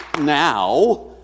now